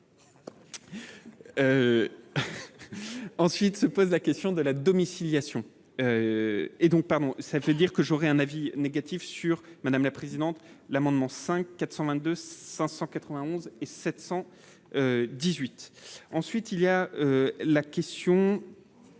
ensuite se pose la question de la domiciliation et donc, pardon, ça veut dire que j'aurais un avis négatif sur madame la présidente, l'amendement 5 422 591 et 718 ensuite, il y a la question